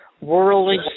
worldly